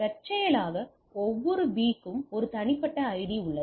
தற்செயலாக ஒவ்வொரு B க்கும் ஒரு தனிப்பட்ட ஐடி உள்ளது